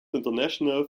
international